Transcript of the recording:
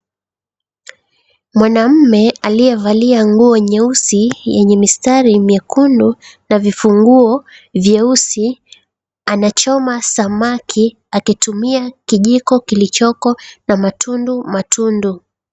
Mwanamme aliyevalia nguo nyeusi yenye mistari mekundu na vifunguo vyeusi, anachoma samaki akitumia kijiko kilichoko na matundu matundu.